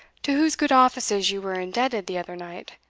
to whose good offices you were indebted the other night.